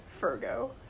Fergo